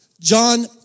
John